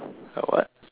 a what